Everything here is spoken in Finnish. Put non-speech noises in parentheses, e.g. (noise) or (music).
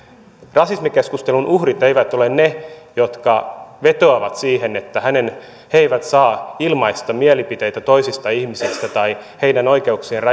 rasismikeskustelun uhrit eivät ole ne jotka vetoavat siihen että he eivät saa ilmaista mielipiteitä toisista ihmisistä tai heidän oikeuksiensa (unintelligible)